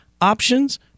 options